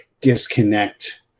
disconnect